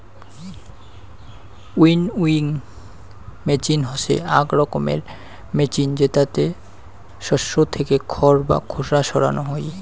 winnowing machine হসে আক রকমের মেচিন জেতাতে শস্য থেকে খড় বা খোসা সরানো হই